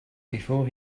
before